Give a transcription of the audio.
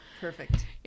Perfect